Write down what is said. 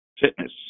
fitness